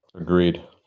Agreed